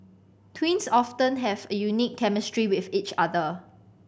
twins often have a unique chemistry with each other